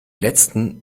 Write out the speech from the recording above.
letzten